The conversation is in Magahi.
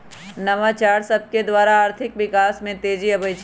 नवाचार सभकेद्वारा आर्थिक विकास में तेजी आबइ छै